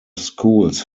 schools